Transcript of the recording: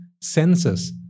senses